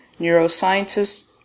neuroscientists